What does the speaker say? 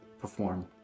perform